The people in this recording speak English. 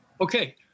Okay